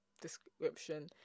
description